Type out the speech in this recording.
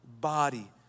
body